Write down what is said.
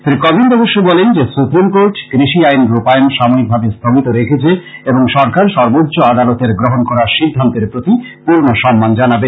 শ্রী কোবিন্দ অবশ্য বলেন যে সুপ্রীম কোর্ট কৃষি আইন রূপায়ন সাময়িকভাবে স্থগিত রেখেছে এবং সরকার সর্বোচ্চ আদলতের গ্রহণ করা সিদ্ধান্তের প্রতি পূর্ণ সম্মান জানাবে